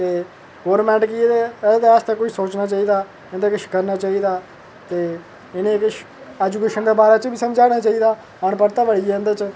ते गौंरमैंट गी एह्दे आस्तै कोई सोचना चाहिदा उं'दे ताईं किश करना चाहिदा ते इ'नेंई किश ऐजुकेशन दे बारै समझाना चाहिदा अनपढ़ता बड़ी इं'दे च